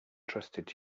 trusted